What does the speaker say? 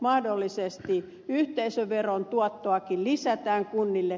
mahdollisesti yhteisöveron tuottoakin lisätään kunnille